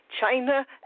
China